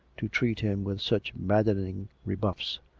to treat him with such maddening re buffs.